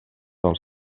del